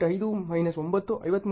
5 minus 9 53